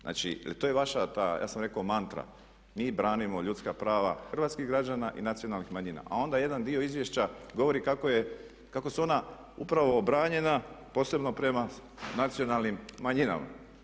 Znači to je vaša ta ja sam rekao mantra, mi branimo ljudska prava hrvatskih građana i nacionalnih manjina, a onda jedan dio izvješća govori kako su ona upravo obranjena posebno prema nacionalnim manjinama.